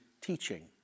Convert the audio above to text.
teaching